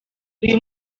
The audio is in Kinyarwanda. uyu